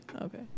Okay